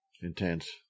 intense